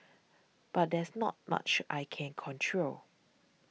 but there's not much I can control